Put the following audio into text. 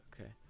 Okay